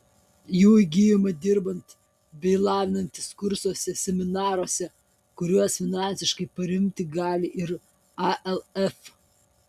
jų įgyjama dirbant bei lavinantis kursuose seminaruose kuriuos finansiškai paremti gali ir alf